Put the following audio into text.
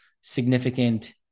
significant